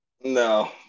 No